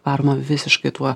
varomą visiškai tuo